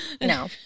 No